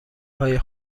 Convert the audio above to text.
های